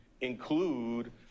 include